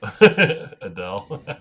Adele